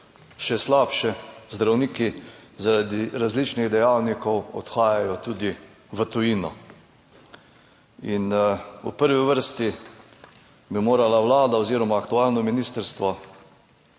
Še slabše, zdravniki zaradi različnih dejavnikov odhajajo tudi v tujino. In v prvi vrsti bi morala Vlada oziroma aktualno ministrstvo